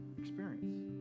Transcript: experience